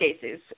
cases